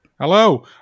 hello